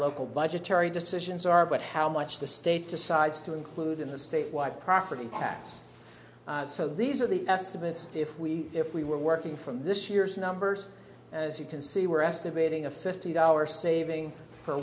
local budgetary decisions are but how much the state decides to include in the statewide property tax so these are the estimates if we if we were working from this year's numbers as you can see we're estimating a fifty dollar saving